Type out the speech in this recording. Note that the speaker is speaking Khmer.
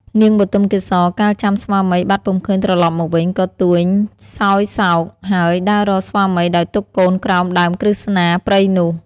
នាងបទុមកេសរកាលចាំស្វាមីបាត់ពុំឃើញត្រឡប់មកវិញ ក៏ទួញសោយសោក ហើយដើររកស្វាមីដោយទុកកូនក្រោមដើមក្រឹស្នានាព្រៃនោះ។